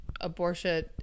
abortion